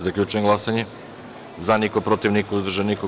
Zaključujem glasanje: za – niko, protiv – niko, uzdržan – niko.